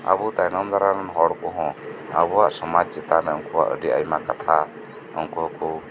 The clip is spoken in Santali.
ᱟᱵᱩ ᱛᱟᱭᱱᱚᱢ ᱫᱟᱨᱟᱢ ᱦᱚᱲ ᱠᱩᱦᱚᱸ ᱟᱵᱩᱣᱟᱜ ᱥᱚᱢᱟᱡᱽ ᱪᱮᱛᱟᱱ ᱨᱮ ᱩᱱᱠᱩᱣᱟᱜ ᱟᱹᱰᱤ ᱟᱭᱢᱟ ᱠᱟᱛᱷᱟ ᱩᱱᱠᱩᱠᱩ